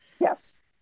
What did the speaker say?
Yes